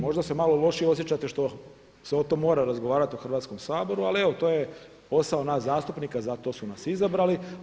Možda se malo lošije osjećate što se o tom mora razgovarat u Hrvatskom saboru, ali evo to je posao nas zastupnika, za to su nas izabrali.